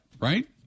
right